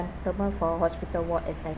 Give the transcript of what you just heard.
~tlement for hospital ward entitle~